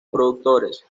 productores